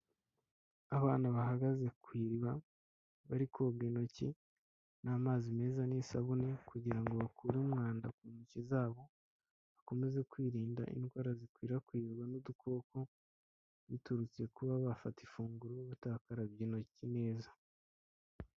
Abana bahagaze ku iriba, bari koga intoki n'amazi meza n'isabune, kugira ngo bakure umwanda ku ntoki zabo bakomeze kwirinda indwara zikwirakwizwa n'udukoko, biturutse kuba bafata ifunguro batakarabye intoki neza.